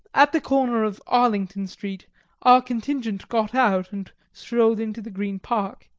at the corner of arlington street our contingent got out and strolled into the green park.